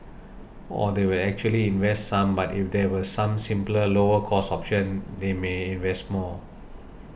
or they actually invest some but if there were some simpler lower cost options they may invest more